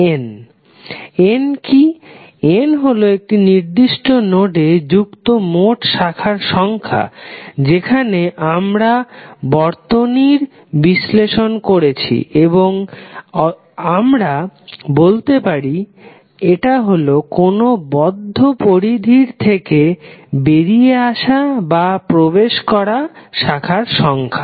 N কি N হলো একটি নির্দিষ্ট নোডে যুক্ত মোট শাখার সংখ্যা যেখানে আমরা বর্তনীর বিশ্লেষণ করেছি অথবা আমরা বলতে পারি এটা হলো কোনো বদ্ধ পরিধির থেকে বেরিয়ে আসা বা প্রবেশ করা শাখার সংখ্যা